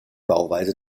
bauweise